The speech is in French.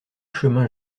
chemin